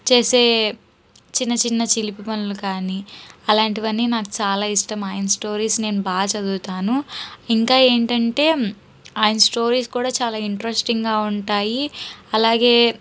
చేసే చిన్న చిన్న చిలిపి పనులు కాని అలాంటివన్ని నాకు చాలా ఇష్టం ఆయన స్టోరీస్ నేను బాగా చదువుతాను ఇంకా ఏంటంటే ఆయన స్టోరీస్ కూడా చాలా ఇంట్రెస్టింగ్గా ఉంటాయి అలాగే